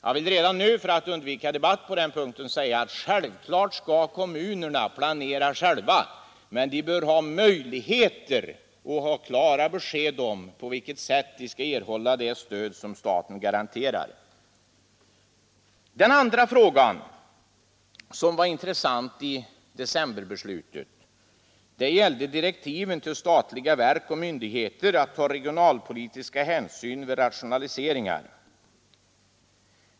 Jag vill redan nu, för att undvika debatt på den punkten, säga att naturligtvis skall kommunerna planera själva, men de bör ha möjligheter att få klara besked om på vilket sätt de skall erhålla det stöd som staten garanterar. Den andra fråga som var intressant i decemberbeslutet gällde direktiven till statliga verk och myndigheter att ta regionalpolitiska hänsyn vid rationaliseringar.